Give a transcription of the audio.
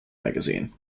magazine